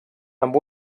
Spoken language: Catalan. amb